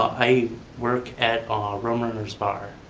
i work at ah rum runners bars.